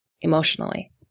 emotionally